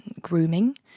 grooming